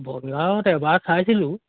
বজাৰত এবাৰ চাইছিলোঁ